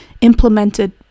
implemented